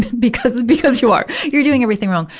because, because you are. you're doing everything wrong.